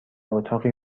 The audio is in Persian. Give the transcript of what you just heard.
اتاقی